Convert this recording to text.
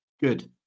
good